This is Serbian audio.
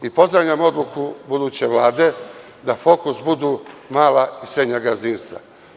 Pozdravljam odluku buduće Vlade da fokus budu mala i srednja gazdinstva.